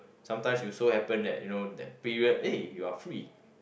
sometimes you so happen that you know that period eh you are free